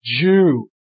Jew